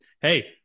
hey